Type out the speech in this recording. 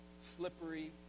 slippery